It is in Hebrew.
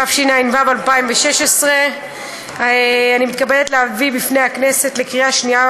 התשע"ו 2016. אני מתכבדת להביא בפני הכנסת לקריאה השנייה